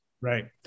Right